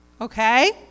Okay